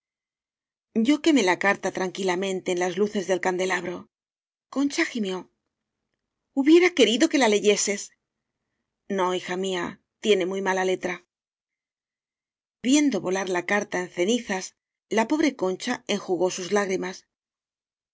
hijo yo quemé la carta tranquilamente en las luces del candelabro concha gimió hubiera querido que la leyeses no hija mía iene muy mala letra viendo volar la carta en cenizas la pobre concha enjugó sus lágrimas